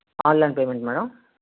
online payment madam